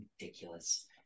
Ridiculous